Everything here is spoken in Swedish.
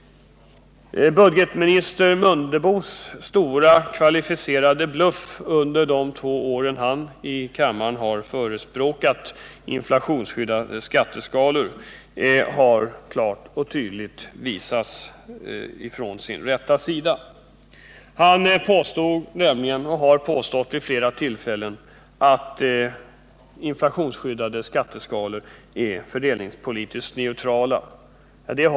Budgetminister Mundebo har vid flera tillfällen påstått här i kammaren att inflationsskyddade skatteskalor är fördelningspolitiskt neutrala.